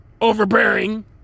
Overbearing